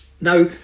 Now